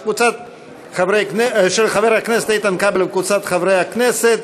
של חבר הכנסת איתן כבל וקבוצת חברי הכנסת,